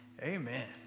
Amen